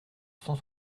cent